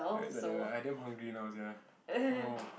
ya is like that [one] I damn hungry now sia oh